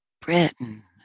Britain